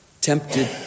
tempted